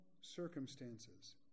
circumstances